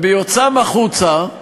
ביוצאם החוצה,